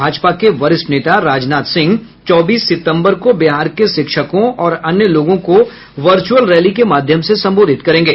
भाजपा के वरिष्ठ नेता राजनाथ सिंह चौबीस सितम्बर को बिहार के शिक्षकों और अन्य लोगों को वर्च्रअल रैली के माध्यम से संबोधित करेंगे